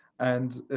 and